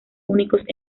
únicos